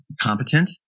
competent